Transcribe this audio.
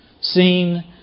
seen